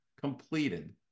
completed